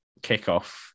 kickoff